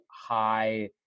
high